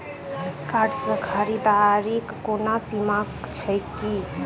Card सँ खरीददारीक कोनो सीमा छैक की?